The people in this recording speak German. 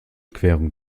querung